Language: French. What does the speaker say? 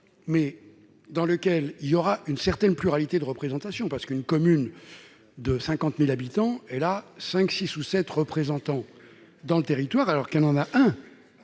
mais dans lequel il y aura une certaine pluralité de représentations parce qu'une commune de 50000 habitants et la 5, 6 ou 7 représentants dans le territoire alors qu'un moment à la à